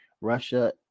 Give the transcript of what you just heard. Russia